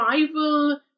rival